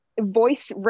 voice